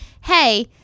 hey